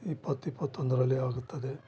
ಇಪ್ಪತ್ತು ಇಪ್ಪತ್ತೊಂದರಲ್ಲಿ ಆಗುತ್ತದೆ